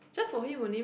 just for him only meh